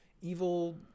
evil